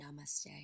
Namaste